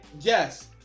yes